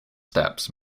steps